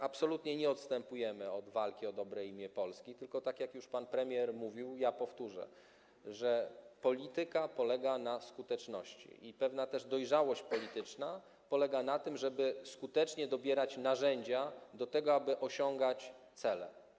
Absolutnie nie odstępujemy od walki o dobre imię Polski, tylko tak jak już pan premier mówił, powtórzę, polityka polega na skuteczności i pewna dojrzałość polityczna polega na tym, żeby skutecznie dobierać narzędzia, aby osiągać cele.